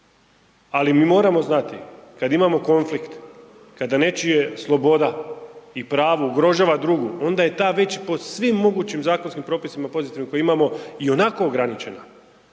Ali mi moramo znati kada imamo konflikt, kada nečija sloboda i pravo ugrožava drugu onda je ta već po svim mogućim zakonskim propisima pozitivnim koje imamo i onako ograničena.